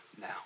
now